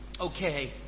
Okay